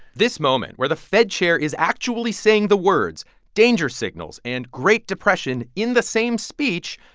this moment, where the fed chair is actually saying the words danger signals and great depression in the same speech,